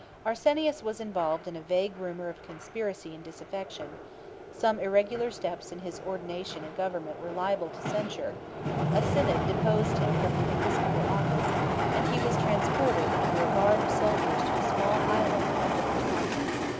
arsenius was involved in a vague rumor of conspiracy and disaffection some irregular steps in his ordination and government were liable to censure a synod deposed him from the episcopal office and he was transported under a guard of soldiers to a small island of the propontis.